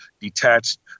detached